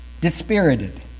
Dispirited